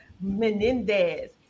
Menendez